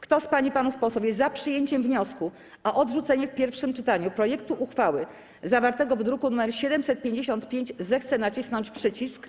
Kto z pań i panów posłów jest za przyjęciem wniosku o odrzucenie w pierwszym czytaniu projektu uchwały zawartego w druku nr 755, zechce nacisnąć przycisk.